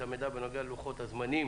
את המידע בנוגע ללוחות הזמנים